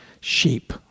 sheep